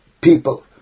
people